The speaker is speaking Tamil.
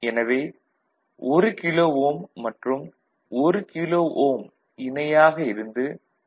எனவே 1 கிலோ ஓம் மற்றும் 1 கிலோ ஓம் இணையாக இருந்து 0